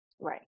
Right